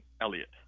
Elliot